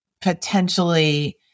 potentially